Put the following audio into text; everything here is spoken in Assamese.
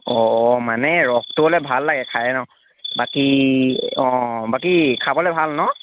অ মানে ৰসটো হ'লে ভাল লাগে খাই ন' বাকী অ বাকী খাবলে ভাল ন'